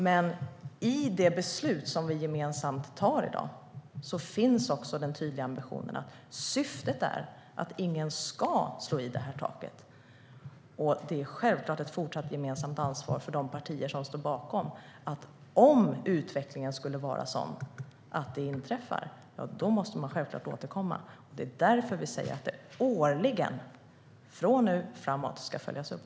Men i det beslut som vi gemensamt tar i dag finns också den tydliga ambitionen att ingen ska slå i det här taket, och det är självklart ett fortsatt gemensamt ansvar för de partier som står bakom att om utvecklingen skulle vara sådan att det inträffar, då måste man självklart återkomma. Det är därför vi säger att det årligen, från och med nu och framåt, ska följas upp.